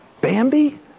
Bambi